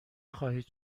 خواهید